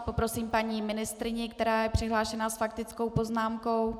Poprosím paní ministryni, která je přihlášena s faktickou poznámkou.